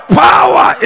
power